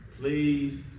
please